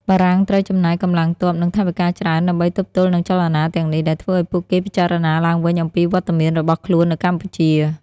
បារាំងត្រូវចំណាយកម្លាំងទ័ព និងថវិកាច្រើនដើម្បីទប់ទល់នឹងចលនាទាំងនេះ ដែលធ្វើឱ្យពួកគេពិចារណាឡើងវិញអំពីវត្តមានរបស់ខ្លួននៅកម្ពុជា។